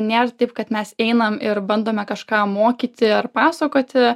nėr taip kad mes einam ir bandome kažką mokyti ar pasakoti